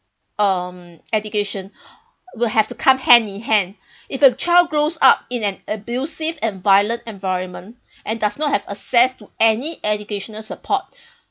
um education will have to come hand in hand if a child grows up in an abusive and violent environment and does not have access to any educational support